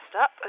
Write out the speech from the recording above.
up